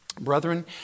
Brethren